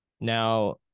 Now